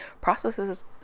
processes